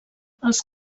els